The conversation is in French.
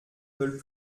veulent